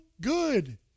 good